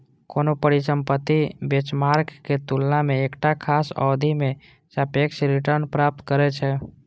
कोनो परिसंपत्ति बेंचमार्क के तुलना मे एकटा खास अवधि मे सापेक्ष रिटर्न प्राप्त करै छै